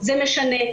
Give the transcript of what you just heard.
זה משנה,